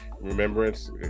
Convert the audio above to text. remembrance